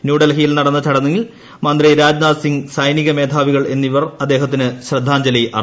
new ഡൽഹിയിൽ നടന്ന ചടങ്ങിൽ മന്ത്രി രാജ്നാഥ് സിംഗ് സൈനിക മേധാവികൾ എന്നിവർ അദ്ദേഹത്തിന് ശ്രദ്ധാഞ്ജലി അർപ്പിച്ചു